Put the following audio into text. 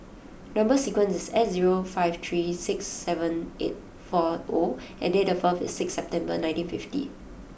number sequence is S zero five three six seven eight four O and date of birth is six September nineteen fifty